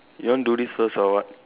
you want do this first or what